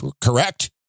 correct